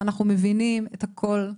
אנחנו מבינים את הכל,